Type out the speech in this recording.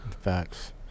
facts